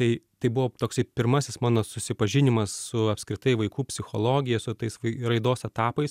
tai tai buvo toksai pirmasis mano susipažinimas su apskritai vaikų psichologija su tais vai raidos etapais